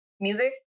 music